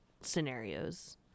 scenarios